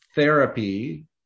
therapy